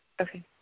Okay